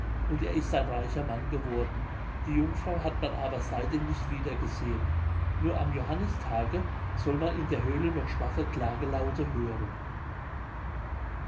und er ist ein reicher mann geworden die jungfrau hat man aber seitdem nicht wiedergesehen nur am johannistage soll man in der höhle noch schwache klagelaute hören